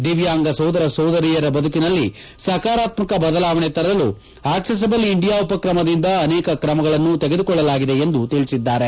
ದಿವ್ಯಾಂಗ ಸೋದರ ಸೋದರಿಯರ ಬದುಕಿನಲ್ಲಿ ಸಕಾರಾತ್ತಕ ಬದಲಾವಣೆ ತರಲು ಅಕ್ಷೆಸಬಲ್ ಇಂಡಿಯಾ ಉಪಕ್ರಮದಿಂದ ಅನೇಕ ಕ್ರಮಗಳನ್ನು ತೆಗೆದುಕೊಳ್ಳಲಾಗಿದೆ ಎಂದು ಅವರು ತಿಳಿಸಿದ್ದಾರೆ